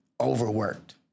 overworked